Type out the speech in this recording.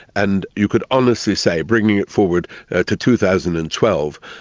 and you could honestly say, bringing it forward to two thousand and twelve,